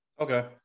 Okay